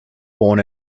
born